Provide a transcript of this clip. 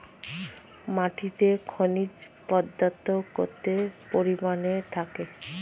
মাটিতে খনিজ পদার্থ কত পরিমাণে থাকে?